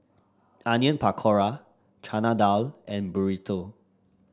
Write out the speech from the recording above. Onion Pakora Chana Dal and Burrito